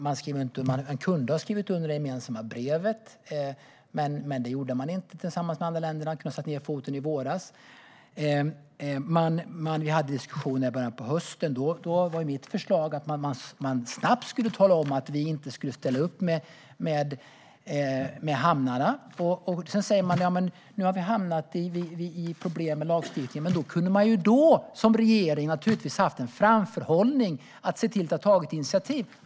Man kunde ha skrivit under det gemensamma brevet, men det gjorde man inte tillsammans med de andra länderna. Man kunde ha satt ned foten i våras. Vi hade diskussioner i början på hösten. Då var mitt förslag att man snabbt skulle tala om att vi inte skulle ställa upp med hamnarna. Sedan säger man: Nu har vi hamnat i problem med lagstiftningen. Regeringen kunde naturligtvis då ha haft en framförhållning och sett till att ha tagit initiativ.